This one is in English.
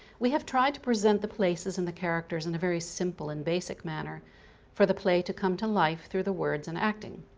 we have tried to present the places and the characters in a very simple and basic manner for the play to come to life through the words and acting.